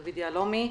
דוד יהלומי,